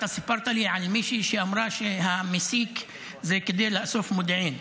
אתה סיפרת לי על מישהי שאמרה שהמסיק זה כדי לאסוף מודיעין.